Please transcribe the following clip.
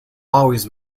always